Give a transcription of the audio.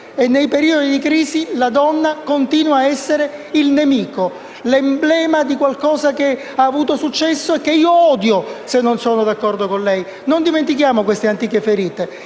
e, nei periodi di crisi, la donna continua ad essere il nemico, l'emblema di qualcosa che ha avuto successo e che io odio, se non sono d'accordo con lei. Non dimentichiamo queste antiche ferite.